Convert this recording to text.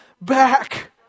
back